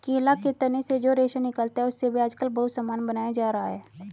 केला के तना से जो रेशा निकलता है, उससे भी आजकल बहुत सामान बनाया जा रहा है